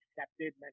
accepted